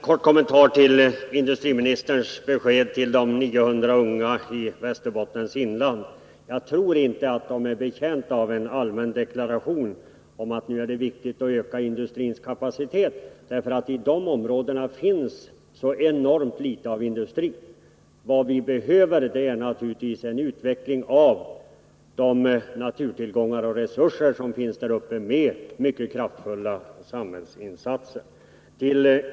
Herr talman! En kort kommentar med anledning av industriministerns besked till de 900 unga i Västerbottens inland. Jag tror inte att de är betjänta av en allmän deklaration om att det nu är viktigt att öka industrins kapacitet, eftersom det i dessa områden finns så oerhört litet industri. Vad vi behöver är naturligtvis mycket kraftfulla samhällsinsatser för att tillvarata de naturtillgångar och andra resurser som finns där uppe.